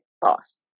boss